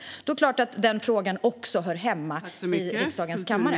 Då är det klart att denna fråga också hör hemma i riksdagens kammare.